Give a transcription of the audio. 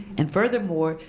and furthermore,